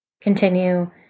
Continue